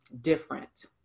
different